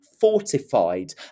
fortified